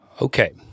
Okay